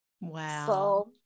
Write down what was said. Wow